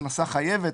הכנסה חייבת,